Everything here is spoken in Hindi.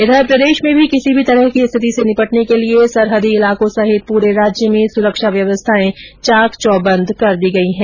इधर प्रदेश में भी किसी भी तरह की स्थिति से निपटने के लिये सरहदी इलाको सहित पूरे राज्य में सुरक्षा व्यवस्थाये चाक चौबंद कर दी गई है